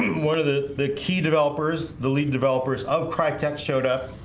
one of the the key developers the lead developers of crytek showed up